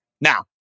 Now